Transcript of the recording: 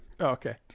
Okay